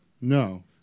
no